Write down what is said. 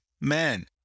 men